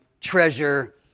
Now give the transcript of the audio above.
treasure